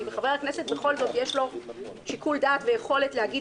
כי לחבר הכנסת בכל זאת יש שיקול דעת ויכולת להגיד